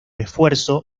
esfuerzo